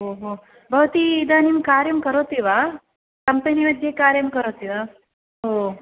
ओहो भवती इदानीं कार्यं करोति वा कम्पनि मध्ये कार्यं करोति वा ओ